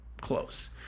close